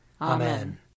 Amen